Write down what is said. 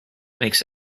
makes